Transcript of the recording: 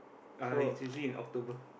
uh it's usually in October